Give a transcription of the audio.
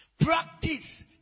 practice